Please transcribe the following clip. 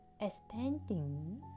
expanding